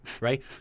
right